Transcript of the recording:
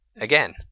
again